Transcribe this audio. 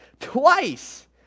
Twice